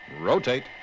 Rotate